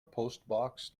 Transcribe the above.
postbox